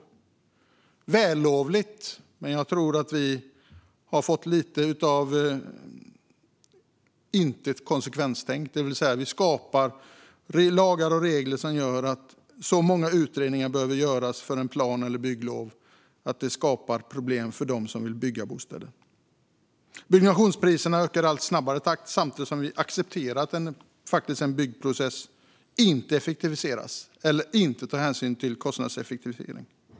Det är vällovligt, men jag tror att vi brister lite i konsekvenstänkandet. Vi skapar lagar och regler som gör att så många utredningar behöver göras för ett plan eller bygglov att det skapar problem för dem som vill bygga bostäder. Slutligen har vi byggnationspriser som ökar i allt snabbare takt samtidigt som vi accepterar en byggprocess som inte tar hänsyn till kostnadseffektivitet.